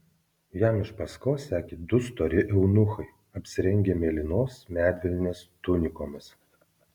jam iš paskos sekė du stori eunuchai apsirengę mėlynos medvilnės tunikomis